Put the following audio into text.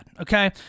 okay